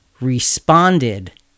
responded